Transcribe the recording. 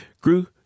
grew